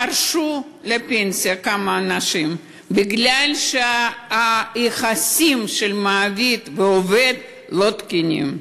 פרשו לפנסיה כמה אנשים מפני שיחסי מעביד עובד לא תקינים.